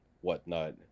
whatnot